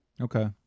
Okay